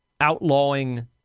outlawing